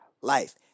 life